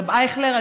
הרב אייכלר,